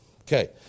Okay